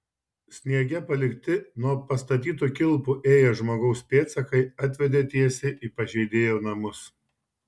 sniege palikti nuo pastatytų kilpų ėję žmogaus pėdsakai atvedė tiesiai į pažeidėjo namus